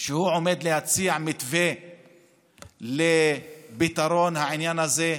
שהוא עומד להציע מתווה לפתרון העניין הזה.